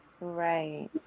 right